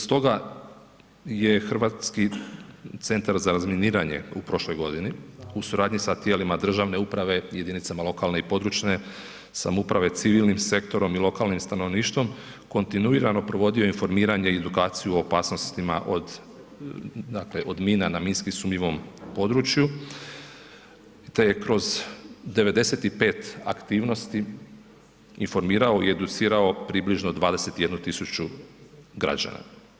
Stoga je Hrvatski centar za razminiranje u prošloj godini u suradnji sa tijelima državne uprave i jedinicama lokalne i područne samouprave, civilnim sektorom i lokalnim stanovništvom kontinuirano provodio informiranje i edukaciju o opasnostima od, dakle od mina na minski sumnjivom području te je kroz 95 aktivnosti informirao i educirao približno 21 tisuću građana.